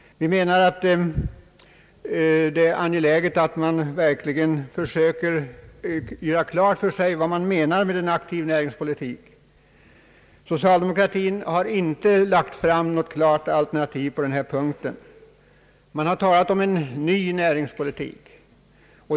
Vi menar att det är angeläget att man verkligen försöker göra klart för sig vad man avser med en aktiv näringspolitik. Socialdemokratin har där inte lagt fram något klart alternativ. Man talar ständigt om en ny näringspolitik.